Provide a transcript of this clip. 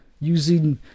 using